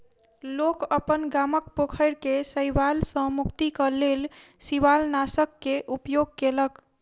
लोक अपन गामक पोखैर के शैवाल सॅ मुक्तिक लेल शिवालनाशक के उपयोग केलक